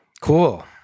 cool